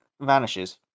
vanishes